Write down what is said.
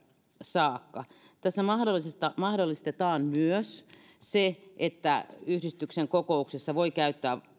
saakka tässä mahdollistetaan myös se että yhdistyksen kokouksissa voi käyttää